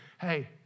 hey